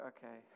Okay